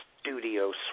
studio